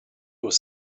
was